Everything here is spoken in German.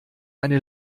eine